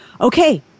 okay